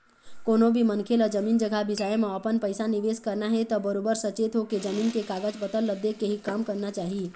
कोनो भी मनखे ल जमीन जघा बिसाए म अपन पइसा निवेस करना हे त बरोबर सचेत होके, जमीन के कागज पतर ल देखके ही काम करना चाही